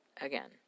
again